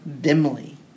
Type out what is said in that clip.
dimly